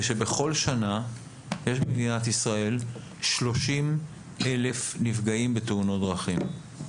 זה שבכל שנה יש במדינת ישראל 30 אלף נפגעים בתאונות דרכים.